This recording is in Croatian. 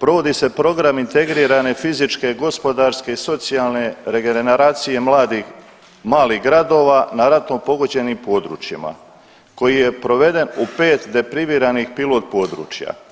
provodi se program integrirane fizičke, gospodarske i socijalne regeneracije mladih malih gradova na ratom pogođenim područjima koji je proveden u pet depriviranih pilot područja.